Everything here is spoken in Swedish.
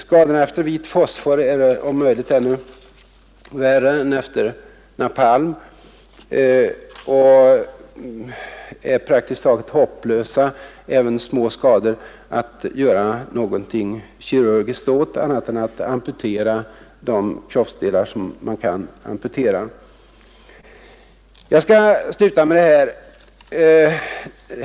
Skadorna efter vit fosfor är om möjligt ännu värre än efter Nr 48 napalm, och även små skador av det slaget är det praktiskt taget hopplöst Torsdagen den att göra någonting kirurgiskt åt annat än att amputera de kroppsdelar 23 mars 1972 som man kan amputera. Jag skall sluta med detta.